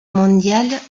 mondiale